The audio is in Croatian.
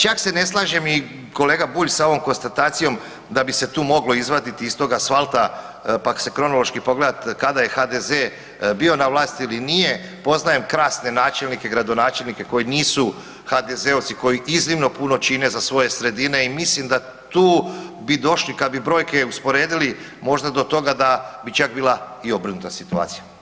Čak se ne slažem i kolega Bulj, sa ovom konstatacijom da bi se tu moglo izvaditi iz tog asfalta pa se kronološki pogledati kada je HDZ bio na vlasti ili nije, poznajem krasne načelnike i gradonačelnike koji nisu HDZ-ovci koji iznimno puno čine za svoje sredine i mislim da tu bi došli kad bi brojke usporedili možda do toga da bi čak bila i obrnuta situacija.